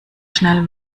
schnell